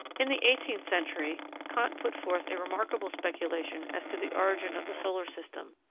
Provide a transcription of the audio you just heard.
in the eighteenth century, kant put forth a remarkable speculation as to the origin of the solar system,